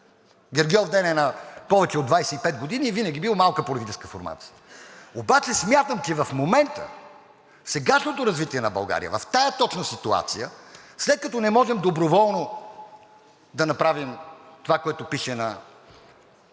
„Гергьовден“ е на повече от 25 години и винаги е бил малка политическа формация. Смятам, че в момента и сегашното развитие на България точно в тази ситуация, след като не можем доброволно да направим това, което пише на входа